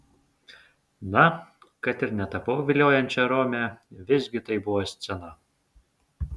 na kad ir netapau viliojančia rome visgi tai buvo scena